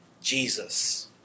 Jesus